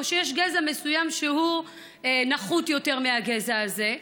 או שיש גזע מסוים שהוא נחות יותר מהגזע הזה,